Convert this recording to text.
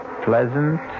pleasant